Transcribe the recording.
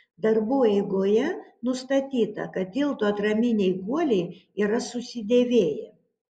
darbų eigoje nustatyta kad tilto atraminiai guoliai yra susidėvėję